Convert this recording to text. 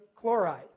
chloride